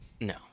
No